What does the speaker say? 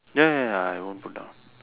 ya ya ya I won't put down